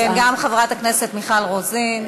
כן, גם חברת הכנסת מיכל רוזין.